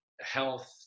health